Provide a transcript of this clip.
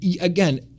again